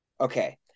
Okay